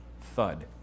Thud